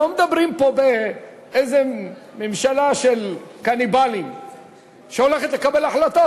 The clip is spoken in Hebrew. לא מדברים פה באיזה ממשלה של קניבלים שהולכת לקבל החלטות.